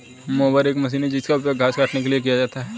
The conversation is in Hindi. मोवर एक मशीन है जिसका उपयोग घास काटने के लिए किया जाता है